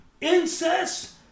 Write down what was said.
incest